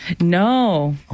No